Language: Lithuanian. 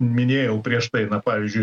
minėjau prieš tai na pavyzdžiui